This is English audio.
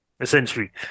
essentially